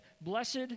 blessed